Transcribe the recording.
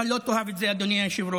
אתה לא תאהב את זה, אדוני היושב-ראש.